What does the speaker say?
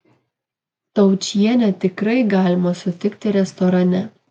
taučienę tikrai galima sutikti restorane